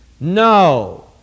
No